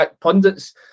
pundits